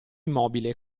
immobile